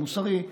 מוסרי,